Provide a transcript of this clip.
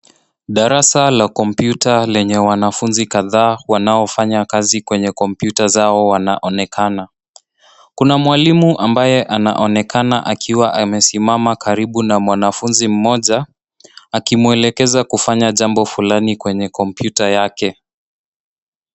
Darasa la kompyuta lenye wanafunzi kadhaa wanaofanya kazi kwenye kompyuta zao wanaonekana. Kuna mwalimu ambaye anaonekana akiwa amesimama karibu na mwanafunzi mmoja, akimwelekeza kufanya jambo fulani kwenye kompyuta yake.